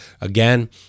Again